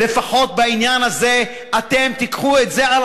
לפחות בעניין הזה שאתם תיקחו את זה על